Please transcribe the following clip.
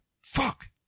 Fuck